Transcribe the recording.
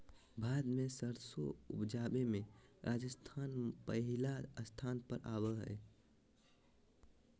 भारत मे सरसों उपजावे मे राजस्थान पहिल स्थान पर आवो हय